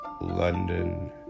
London